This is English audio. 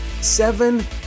seven